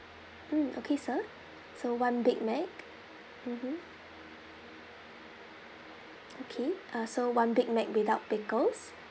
mm okay sir so one big mac mmhmm okay uh so one big Mac without pickles